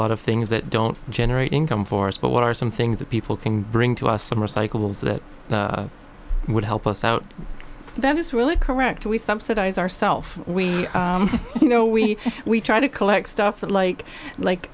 lot of things that don't generate income for us but what are some things that people can bring to us some recyclables that would help us out that is really correct we subsidize ourself we you know we we try to collect stuff that like like